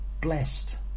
Blessed